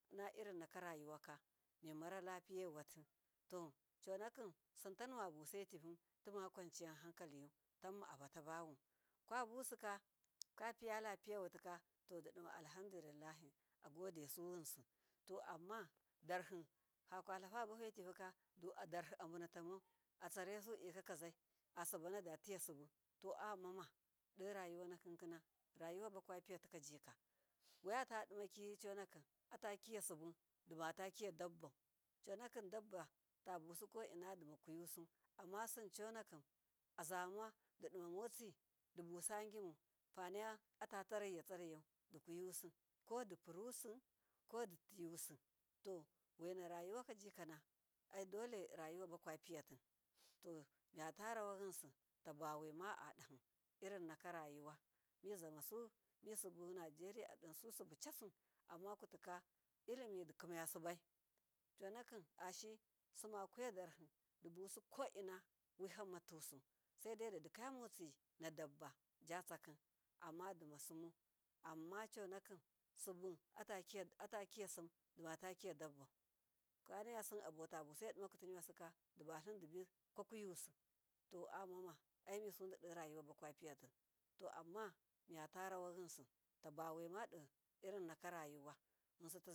Inna irinnaka rayuwaka me marar lapiya fiyowatu tositunuwabusetivuka tima kwanciyan hankaliyu kwabuka kwapiya lapiye watika to didima allahamdillivahi agodesu yinsi, to amma darhi fakwatlafe bafedivukado darhi abunatamau atsaresu dika kazai asibana dutiya sibu to ayamama dorayunakikina rayuwa bapiyatikajika wayutifimaki conaki atakiya sibu, dimata kiya tambau conakim damba tabu si koina dimakuyusi, amma sim conakim oma didimamotsi dibusasimu fanayau atataraita rayau dikuyusi kodipurusi koditiyusi, to waina rayo waka cikana aidole rayuwabakwapiyati to miyata rawa yinsi tabawaima adahi irin naka rayuwa mizamasu anijeriya adinsusibu cassi amna kutika, irinni dikimasibai conai ashiyi simakuyadarhi dibusukoina wahamma to su saidai didikaya motsina nadamba atsakim ammadamasimu, amma conakin sibu atakisim dimaki yadambau kanayasim abatause dimakwa diniwasika dibikwakwiyusi to aboma aimisu do rayuwa bakwa piyati, to amma miyatarawa yinsi tabuwaima doirin naka rayuwa.